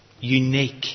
Unique